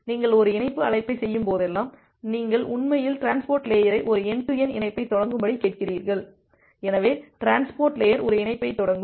நீங்கள் ஒரு இணைப்பு அழைப்பைச் செய்யும்போதெல்லாம் நீங்கள் உண்மையில் டிரான்ஸ்போர்ட் லேயரை ஒரு என்டு டு என்டு இணைப்பைத் தொடங்கும்படி கேட்கிறீர்கள் எனவே டிரான்ஸ்போர்ட் லேயர் ஒரு இணைப்பைத் தொடங்கும்